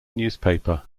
newspaper